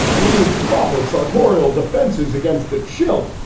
who needs proper sartorial defenses against the chill?